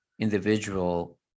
individual